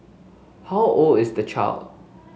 how old is the child